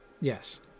Yes